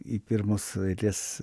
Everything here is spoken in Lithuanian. i pirmos eilės